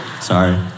Sorry